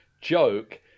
Joke